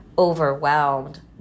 overwhelmed